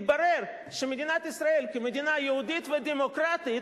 התברר שמדינת ישראל כמדינה יהודית ודמוקרטית